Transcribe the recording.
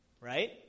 right